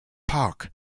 park